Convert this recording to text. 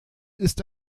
ist